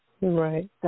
Right